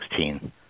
2016